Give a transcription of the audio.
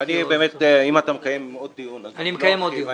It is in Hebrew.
אם אתה מקיים עוד דיון, אז לא ארחיב.